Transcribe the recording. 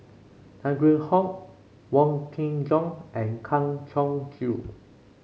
Tan Kheam Hock Wong Kin Jong and Kang Siong Joo